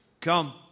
Come